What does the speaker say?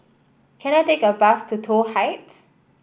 can I take a bus to Toh Heights